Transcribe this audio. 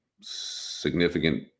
significant